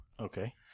Okay